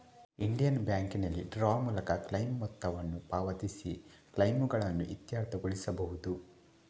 Indian ಬ್ಯಾಂಕಿನಲ್ಲಿ draw ಮೂಲಕ claim ಮೊತ್ತವನ್ನು ಪಾವತಿಸಿ ಕ್ಲೈಮುಗಳನ್ನು ಇತ್ಯರ್ಥಗೊಳಿಸಬಹುದು